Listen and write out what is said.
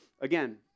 Again